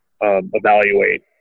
evaluate